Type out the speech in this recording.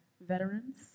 veterans